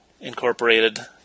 Incorporated